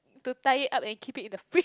to tie it up and keep it in the fridge